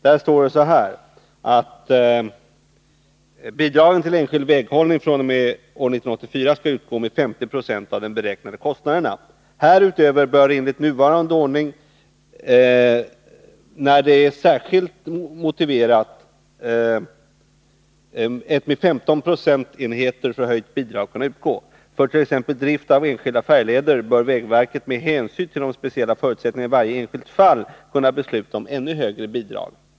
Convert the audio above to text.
I betänkandet står det att ”bidragen till enskild väghållning fr.o.m. år 1984 utgår med 50 96 av de beräknade kostnaderna. Härutöver bör enligt nuvarande ordning, när det är särskilt motiverat, ett med 15 procentenheter förhöjt bidrag kunna utgå. För t.ex. drift av enskilda färjeleder bör vägverket med hänsyn till de speciella förutsättningarna i varje enskilt fall kunna besluta om ännu högre bidrag.